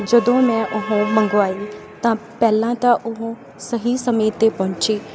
ਜਦੋਂ ਮੈਂ ਉਹ ਮੰਗਵਾਈ ਤਾਂ ਪਹਿਲਾਂ ਤਾਂ ਉਹ ਸਹੀ ਸਮੇਂ 'ਤੇ ਪਹੁੰਚੀ